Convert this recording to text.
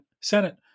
Senate